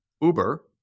Uber